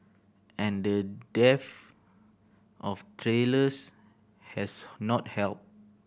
and the dearth of tailors has not helped